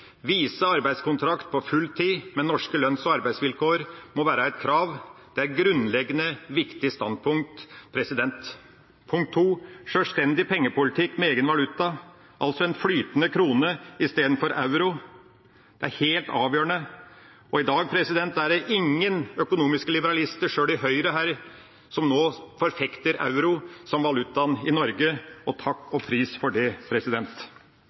vise arbeidskontrakt på fulltid med norske lønns- og arbeidsvilkår må være et krav. Det er et grunnleggende viktig standpunkt. Punkt to: En sjølstendig pengepolitikk med egen valuta, altså en flytende krone istedenfor euro, er helt avgjørende. I dag er det ingen økonomiske liberalister, sjøl ikke i Høyre her, som nå forfekter euro som valutaen i Norge – takk og pris for det.